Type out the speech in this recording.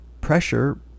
pressure